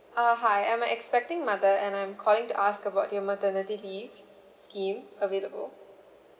uh hi I'm a expecting mother and I'm calling to ask about your maternity leave scheme available